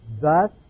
Thus